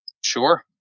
Sure